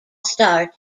star